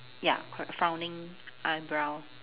ya f~ frowning eyebrow